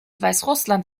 weißrussland